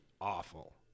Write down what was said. awful